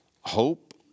hope